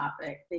topic